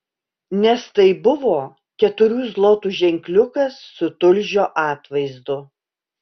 nes tai buvo keturių zlotų ženkliukas su tulžio atvaizdu